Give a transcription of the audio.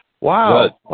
Wow